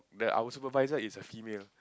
that our supervisor is a female